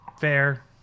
Fair